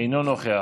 אינו נוכח,